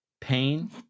pain